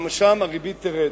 גם שם הריבית תרד.